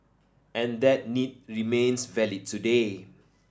and that need remains valid today